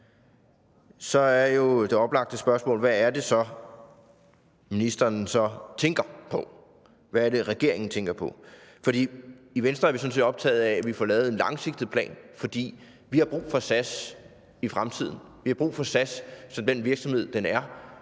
så er det oplagte spørgsmål jo: Hvad er det så, ministeren tænker på? Hvad er det, regeringen tænker på? I Venstre er vi sådan set optaget af, at vi får lavet en langsigtet plan, for vi har brug for SAS i fremtiden. Vi har brug for SAS som den virksomhed, den er;